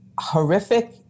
horrific